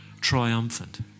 triumphant